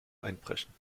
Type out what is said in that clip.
einbrechen